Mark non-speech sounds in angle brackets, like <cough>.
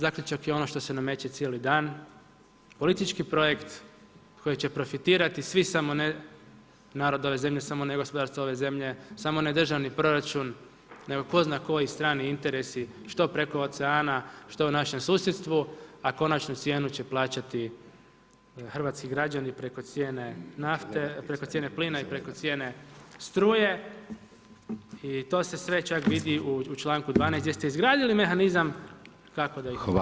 Zaključak je ono što se nameće cijeli dan, politički projekt koji će profitirati svi samo ne narod ove zemlje, samo ne gospodarstvo ove zemlje, samo ne državni proračun nego tko zna koji strani interesi što preko oceana što u našem susjedstvu, a konačnu cijenu će plaćati hrvatski građani preko cijene nafte, preko cijene plina i preko cijene struje i to se sve čak vidi u čl. 12. gdje ste izgradili mehanizam kako da ih ... <unintelligible> Hvala.